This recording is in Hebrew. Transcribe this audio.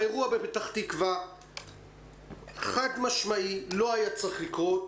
האירוע בפתח תקווה חד-משמעית לא היה צריך לקרות.